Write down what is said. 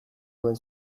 omen